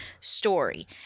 story